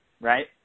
right